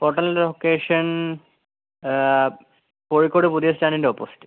ഹോട്ടലിന്റെ ലൊക്കേഷൻ കോഴിക്കോട് പുതിയസ്റ്റാൻഡിന്റെ ഓപ്പോസിറ്റ്